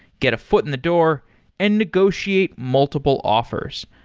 get a foot in the door and negotiate multiple offers.